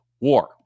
war